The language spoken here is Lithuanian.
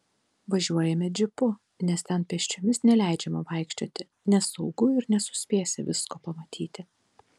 važiuojame džipu nes ten pėsčiomis neleidžiama vaikščioti nesaugu ir nesuspėsi visko pamatyti